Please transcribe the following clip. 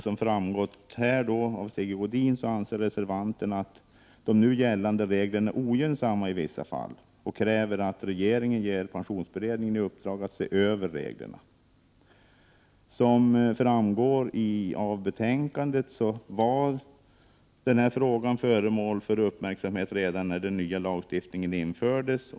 Som framgått av Sigge Godins anförande, anser reservanten att de nu gällande reglerna är ogynnsamma i vissa fall och kräver att regeringen ger pensionsberedningen i uppdrag att se över reglerna. Som framgår av redovisningen i betänkandet var den här frågan föremål för uppmärksamhet redan när den nya lagstiftningen infördes.